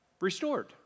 restored